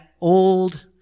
old